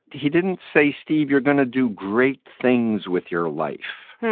he didn't say, steve, you're going to do great things with your life.